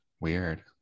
weird